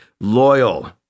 loyal